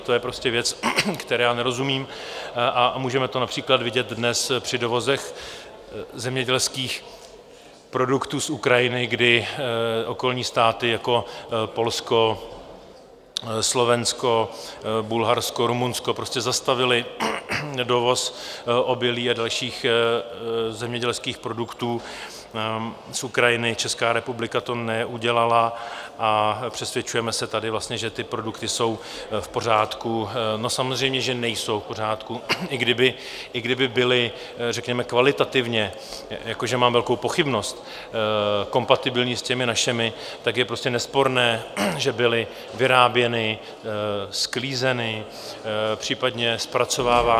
To je prostě věc, které já nerozumím, a můžeme to například vidět dnes při dovozech zemědělských produktů z Ukrajiny, kdy okolní státy jako Polsko, Slovensko, Bulharsko, Rumunsko zastavily dovoz obilí a dalších zemědělských produktů z Ukrajiny, Česká republika to neudělala a přesvědčujeme se tady, že ty produkty jsou v pořádku no, samozřejmě že nejsou v pořádku, i kdyby byly řekněme kvalitativně, jako že mám velkou pochybnost, kompatibilní s těmi našimi, tak je prostě nesporné, že byly vyráběny, sklízeny, případně zpracovávány...